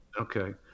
Okay